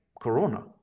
corona